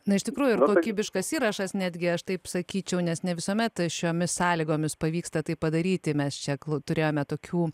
na iš tikrųjų ir kokybiškas įrašas netgi aš taip sakyčiau nes ne visuomet šiomis sąlygomis pavyksta tai padaryti mes čia kluturėjome tokių